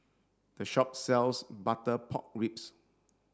this shop sells butter pork ribs